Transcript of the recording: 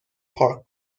پارک